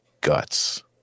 guts